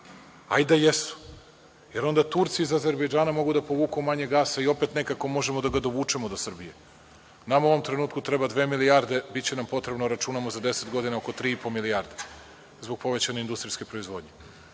i da jesu, jer onda Turci iz Azarbejdžana mogu da povuku manje gasa i opet nekako možemo da ga dovučemo do Srbije. Nama u ovom trenutku treba dve milijarde, biće nam potrebno, računamo za deset godina oko 3,5 milijarde, zbog povećanje industrijske proizvodnje.